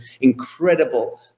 incredible